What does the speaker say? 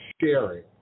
sharing